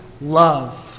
love